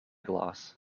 glass